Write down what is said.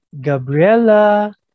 Gabriella